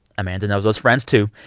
amanda knows those friends, too.